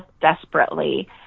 desperately